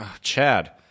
Chad